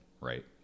right